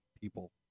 people